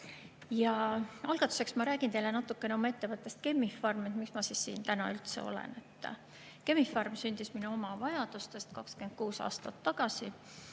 Algatuseks ma räägin teile natukene oma ettevõttest Chemi-Pharm ja miks ma siin täna üldse olen. Chemi-Pharm sündis minu oma vajadustest 26 aastat tagasi.